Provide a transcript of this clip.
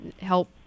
help